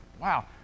Wow